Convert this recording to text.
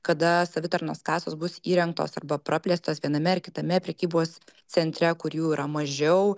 kada savitarnos kasos bus įrengtos arba praplėstos viename ar kitame prekybos centre kur jų yra mažiau